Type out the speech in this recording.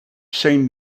same